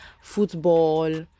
football